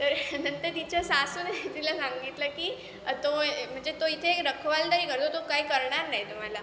तर नंतर तिच्या सासूने तिला सांगितलं की तो म्हणजे तो इथे रखवालदारी करतो तो काही करणार नाही तुम्हाला